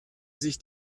sich